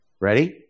ready